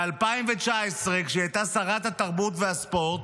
ב-2019, כשהייתה שרת התרבות והספורט,